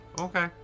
Okay